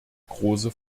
große